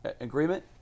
agreement